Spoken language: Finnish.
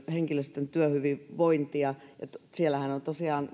henkilöstön työhyvinvointia valtiontalouden tarkastusvirastossahan on tosiaan